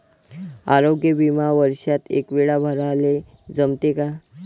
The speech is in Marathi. आरोग्य बिमा वर्षात एकवेळा भराले जमते का?